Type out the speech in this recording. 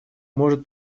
может